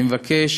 אני מבקש